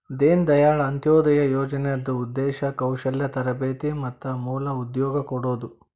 ದೇನ ದಾಯಾಳ್ ಅಂತ್ಯೊದಯ ಯೋಜನಾದ್ ಉದ್ದೇಶ ಕೌಶಲ್ಯ ತರಬೇತಿ ಮತ್ತ ಮೂಲ ಉದ್ಯೋಗ ಕೊಡೋದು